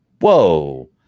Whoa